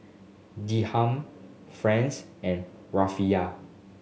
Dirham Franc and Rufiyaa